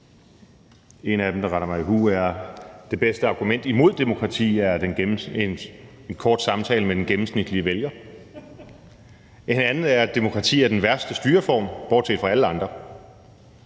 Et af dem, der rinder mig i hu, er: Det bedste argument imod demokrati er en kort samtale med den gennemsnitlige vælger. Et andet er: Demokrati er den værste styreform bortset fra alle andre.